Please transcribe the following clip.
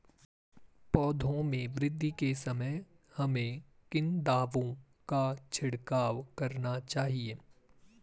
पौधों में वृद्धि के समय हमें किन दावों का छिड़काव करना चाहिए?